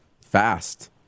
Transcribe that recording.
Fast